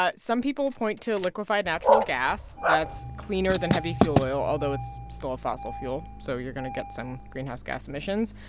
ah some people point to liquefied natural gas. that's cleaner than heavy fuel oil, although it's still a fossil fuel, so you're going to get some greenhouse gas emissions.